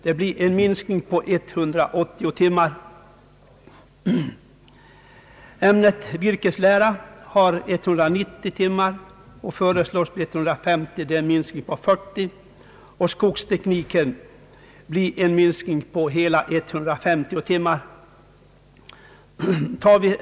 Det blir en minskning på 280 timmar. Ämnet virkeslära har 190 timmar och föreslås få 150, alltså en minskning på 40 timmar. Skogsteknik får en minskning på hela 150 timmar.